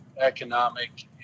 economic